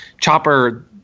Chopper